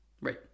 right